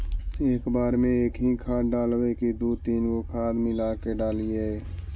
एक बार मे एकही खाद डालबय की दू तीन गो खाद मिला के डालीय?